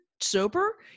sober